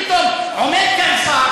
פתאום עומד כאן שר,